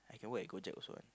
I can work at Go-Jek also what